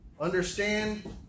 understand